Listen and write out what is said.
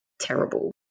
terrible